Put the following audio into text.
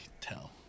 tell